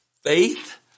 faith